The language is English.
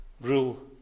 rule